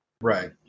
Right